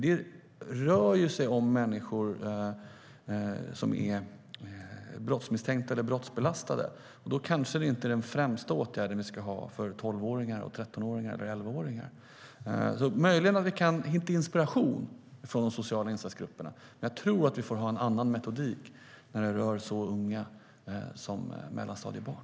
Det rör sig om människor som är brottsmisstänkta eller brottsbelastade. Därför är det kanske inte den främsta åtgärden vi ska ha för 11-, 12 eller 13-åringar. Möjligen kan vi hitta inspiration hos de sociala insatsgrupperna. Men jag tror att vi får ha en annan metodik när det rör sig om så unga personer som mellanstadiebarn.